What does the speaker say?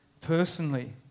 personally